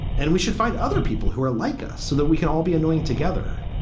and we should find other people who are like us so that we can all be annoying together.